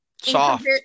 Soft